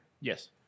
Yes